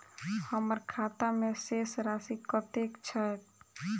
हम्मर खाता मे शेष राशि कतेक छैय?